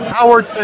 Howard